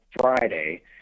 Friday